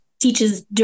teaches